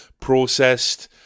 processed